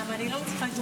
אדוני היושב-ראש,